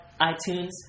iTunes